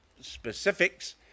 specifics